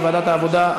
בוועדת העבודה,